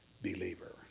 believer